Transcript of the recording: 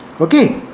Okay